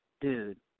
Dude